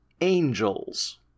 Angels